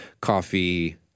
coffee